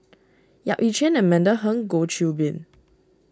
Yap Ee Chian Amanda Heng Goh Qiu Bin